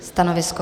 Stanovisko?